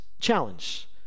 challenge